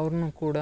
ಅವ್ರ್ನು ಕೂಡ